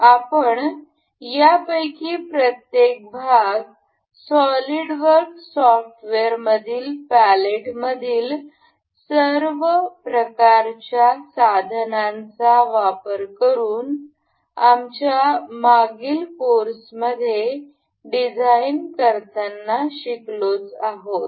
आपण यापैकी प्रत्येक भाग सॉलिडवर्क सॉफ्टवेअरमधील पॅलेटमधील सर्व प्रकारच्या साधनांचा वापर करून आमच्या मागील कोर्समध्ये डिझाइन करताना शिकलो आहोत